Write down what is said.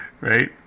Right